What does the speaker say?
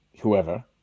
whoever